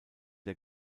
der